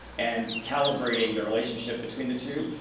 and calibrating the relationship between the two,